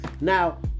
Now